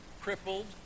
crippled